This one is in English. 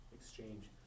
exchange